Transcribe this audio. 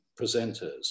presenters